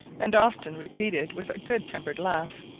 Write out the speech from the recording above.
and often repeated, with a good-tempered laugh,